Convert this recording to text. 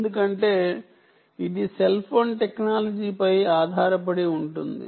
ఎందుకంటే ఇది cell phone టెక్నాలజీపై ఆధారపడి ఉంటుంది